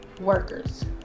workers